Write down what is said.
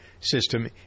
system